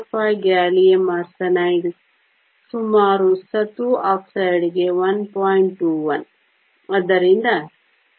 45 gallium arsenide ಸುಮಾರು ಸತು ಆಕ್ಸೈಡ್ಗೆ 1